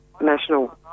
National